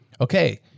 okay